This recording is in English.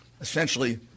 essentially